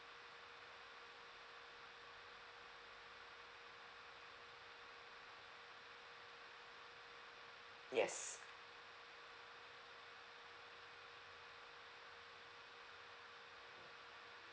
yes